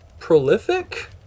prolific